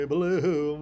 Blue